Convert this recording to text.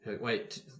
wait